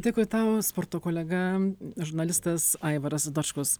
dėkui tau sporto kolega žurnalistas aivaras dočkus